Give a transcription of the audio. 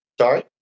Sorry